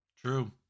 true